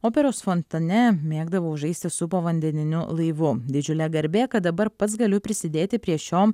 operos fontane mėgdavau žaisti su povandeniniu laivu didžiulė garbė kad dabar pats galiu prisidėti prie šio